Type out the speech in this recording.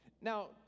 Now